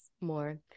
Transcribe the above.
more